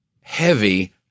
heavy